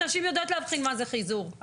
נשים יודעות להבחין מה זה חיזור.